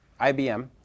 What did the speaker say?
IBM